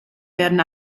werden